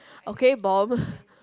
okay bomb